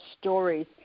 stories